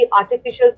artificial